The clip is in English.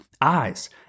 eyes